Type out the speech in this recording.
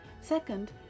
Second